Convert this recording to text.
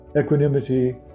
equanimity